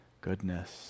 goodness